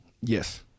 yes